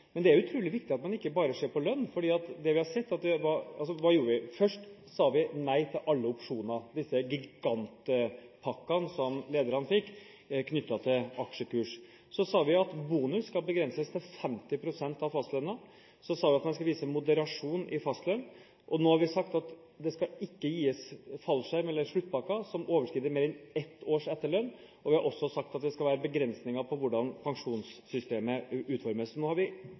Men det er utrolig viktig at man ikke bare ser på lønn, for hva gjorde vi? Først sa vi nei til alle opsjoner, disse gigantpakkene som lederne fikk knyttet til aksjekurs. Så sa vi at bonus skal begrenses til 50 pst. av fastlønnen. Og så sa vi at man skal vise moderasjon i fastlønn. Nå har vi sagt at det ikke skal gis fallskjerm eller sluttpakker som overskrider mer enn et års etterlønn, og vi har også sagt at det skal være begrensninger på hvordan pensjonssystemet utformes. Nå har vi